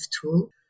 tool